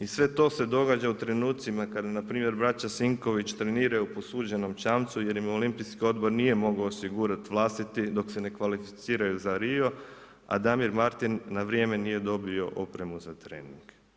I sve to se događa u trenucima, kad npr. braća Sinković treniraju posuđenom čamcu, jer im Olimpijski odbor nije mogao osigurati vlastiti, dok se ne kvalificiraju za Rio, a Damir Martin, na vrijeme nije dobio opremu za trening.